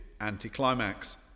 anticlimax